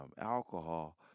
alcohol